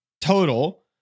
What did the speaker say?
total